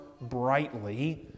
brightly